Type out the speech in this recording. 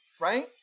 right